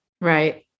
Right